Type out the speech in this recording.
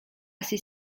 ces